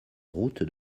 route